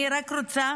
אני רק רוצה